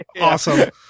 Awesome